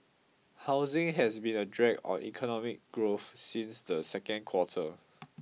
housing has been a drag on economic growth since the second quarter